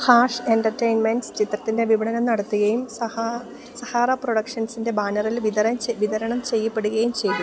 hash entertainments ചിത്രത്തിൻ്റെ വിപണനം നടത്തുകയും സഹാറ പ്രൊഡക്ഷൻസിൻ്റെ ബാനറിൽ വിതരണം ചെയ്യപ്പെടുകയും ചെയ്തു